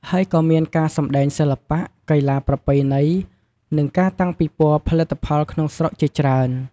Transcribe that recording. ហើយក៏មានការសម្តែងសិល្បៈ កីឡាប្រពៃណី និងការតាំងពិព័រណ៍ផលិតផលក្នុងស្រុកជាច្រើន។